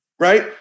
right